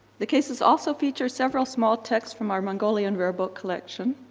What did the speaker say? the cases also feature several small texts from our mongolian rare book collection.